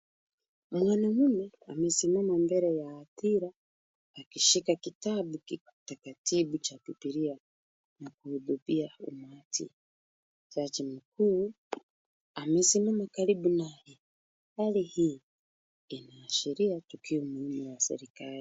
Mwanaume huyu amesimama mbele ya hadhira akishika kitabu takatifu cha Bibilia na kuhudumia umati. Jaji mkuu amesimama karibu naye. Hali hii inaashiria tukio muhimu ya serikali.